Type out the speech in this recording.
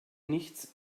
nichts